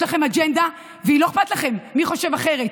יש לכם אג'נדה, ולא אכפת לכם מי חושב אחרת.